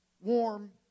warm